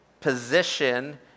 position